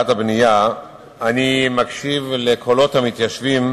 הבנייה אני מקשיב לקולות המתיישבים,